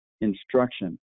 instruction